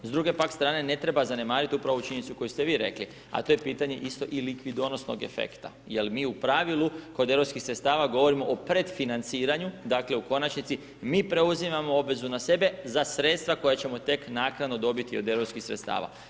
S druge pak strane ne treba zanemariti upravo ovu činjenicu koju ste vi rekli, a to je pitanje isto i likvidonosnog efekta, jel' mi u pravilu kod europskih sredstava govorimo o predfinanciranju, dakle u konačnici mi preuzimamo obvezu na sebe za sredstva, koja ćemo tek naknadno dobiti od europskih sredstava.